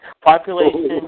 Population